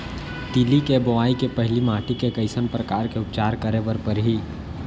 तिलि के बोआई के पहिली माटी के कइसन प्रकार के उपचार करे बर परही?